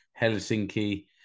Helsinki